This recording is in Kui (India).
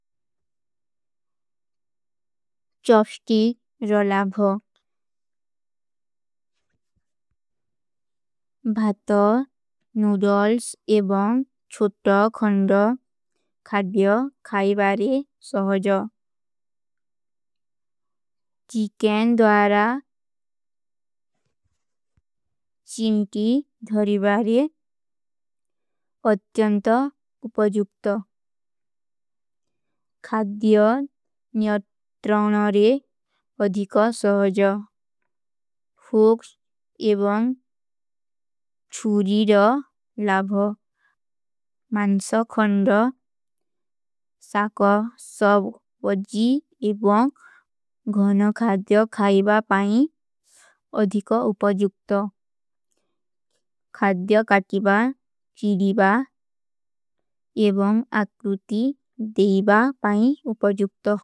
ଚପ୍ସ୍ଟିକ ରଲାଭ ଭାତା, ନୂଡଲ୍ସ ଏବଂ ଛୋଟା ଖଂଡ ଖାଡିଯା ଖାଈବାରେ ସହଜା। ଚୀକେନ ଦ୍ଵାରା ଚିମ୍ଟୀ ଧରିବାରେ ଅଚ୍ଯଂଟ ଉପଜୁପ୍ତା। ଖାଡିଯା ନିଯଟ୍ରାଉନରେ ଅଧିକା ସହଜା। ଫୋକ୍ସ ଏବଂ ଛୂରୀ ରଲାଭ ମାନ୍ସ ଖଂଡ ସାକ ସବ ପଜୀ ଏବଂ ଘନ ଖାଡିଯା ଖାଈବା ପାଈ ଅଧିକା ଉପଜୁପ୍ତା। ଖାଡିଯା କାଟିବା ଫିରିବା ଏବଂ ଅକ୍ରୂତୀ ଦେଈବା ପାଈ ଉପଜୁପ୍ତା।